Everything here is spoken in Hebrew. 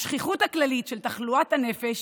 השכיחות הכללית של תחלואת הנפש